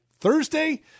Thursday